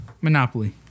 Monopoly